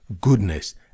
goodness